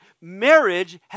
marriage